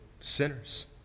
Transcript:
sinners